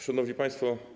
Szanowni Państwo!